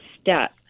step